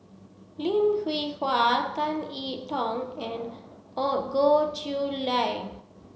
Lim Hwee Hua Tan it Tong and Goh Chiew Lye